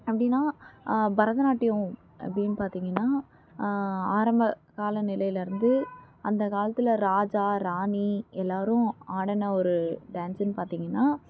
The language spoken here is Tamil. அப்படின்னா பரதநாட்டியம் அப்படின்னு பார்த்தீங்கன்னா ஆரம்பகால நிலையில் இருந்து அந்த காலத்தில் ராஜா ராணி எல்லோரும் ஆடின ஒரு டான்ஸுன்னு பார்த்தீங்கன்னா